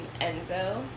Enzo